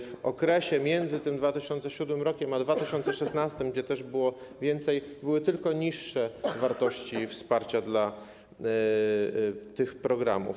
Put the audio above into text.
W okresie między tym 2007 r. a 2016 r., gdzie też było więcej, były niższe wartości wsparcia dla tych programów.